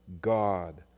God